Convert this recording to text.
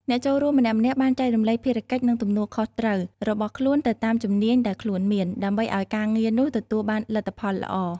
អ្នកចូលរួមម្នាក់ៗបានចែករំលែកភារកិច្ចនិងទំនួលខុសត្រូវរបស់ខ្លួនទៅតាមជំនាញដែលខ្លួនមាន ដើម្បីឱ្យការងារនោះទទួលបានលទ្ធផលល្អ។